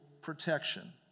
protection